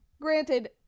Granted